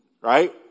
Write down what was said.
right